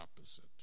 opposite